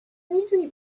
میدونی